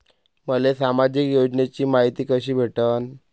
मले सामाजिक योजनेची मायती कशी भेटन?